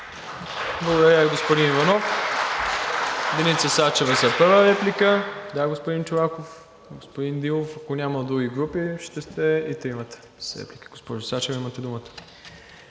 Благодаря Ви, господин Иванов. Деница Сачева за първа реплика, господин Чолаков, господин Дилов. Ако няма други групи, ще сте с реплика и тримата. Госпожо Сачева, имате думата.